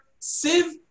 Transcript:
Siv